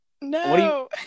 No